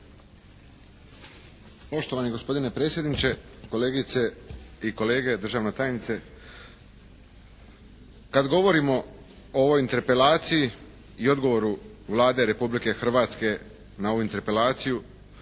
Poštovani gospodine predsjedniče, kolegice i kolege, državna tajnice. Kad govorimo o ovoj interpelaciji i odgovoru Vlade Republike Hrvatske na ovu interpelaciju